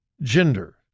gender